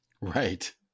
Right